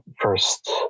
first